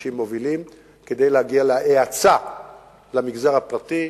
אנשים מובילים, כדי להגיע להאצה במגזר הפרטי.